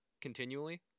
continually